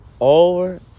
over